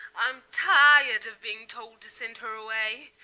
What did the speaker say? i'm tired of being told to send her away.